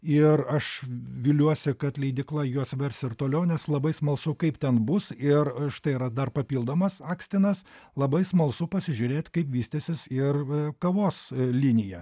ir aš viliuosi kad leidykla juos vers ir toliau nes labai smalsu kaip ten bus ir štai yra dar papildomas akstinas labai smalsu pasižiūrėti kaip vystysis ir kavos linija